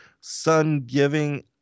sun-giving